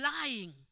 lying